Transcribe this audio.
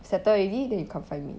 settle already then you come find me